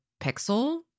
Pixel